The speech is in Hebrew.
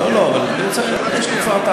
לא, אני אומר שאתה